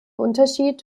unterschied